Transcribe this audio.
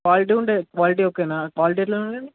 quality ఉండే quality ఓకేనా quality ఎట్లా అన్నా ఇది